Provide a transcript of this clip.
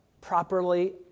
properly